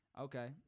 okay